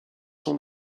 sont